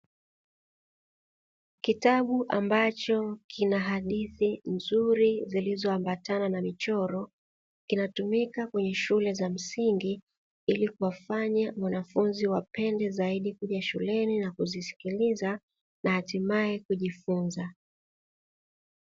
Kitabu ambacho kina hadithi nzuri zilizoambatana na michoro. Kinatumika kwenye shule za msingi ili kuwafanya wanafunzi wapende zaidi kuja shuleni na kuzisikiliza na hatimaye kujifunza.